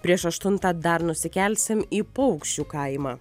prieš aštuntą dar nusikelsim į paukščių kaimą